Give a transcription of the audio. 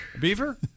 Beaver